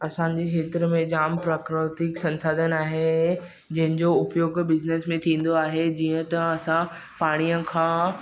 असांजे क्षेत्र में जामु प्राकृतिक संसाधन आहे जंहिंजो उपयोगु बिज़नेस में थींदो आहे जीअं त असां पाणीअ खां